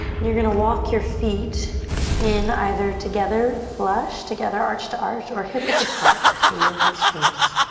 and you're gonna walk your feet in, either together flush together arch to arch or hip width apart. so yogi's choice.